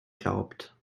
glaubt